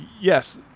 Yes